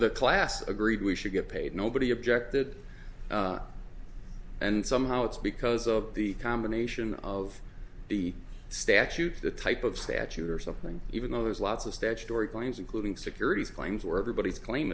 the class agreed we should get paid nobody objected and somehow it's because of the combination of the statute the type of statute or something even though there's lots of statutory claims including securities claims where everybody's claim